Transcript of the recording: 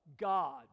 God